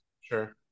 Sure